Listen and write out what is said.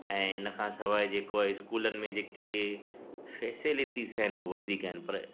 ऐं इन खां सवाइ जेको आहे स्कूलनि में जेके फेसेलटीज़ आहिनि वधीक आहिनि पर